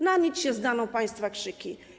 Na nic się zdadzą państwa krzyki.